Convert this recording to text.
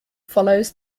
follows